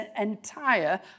entire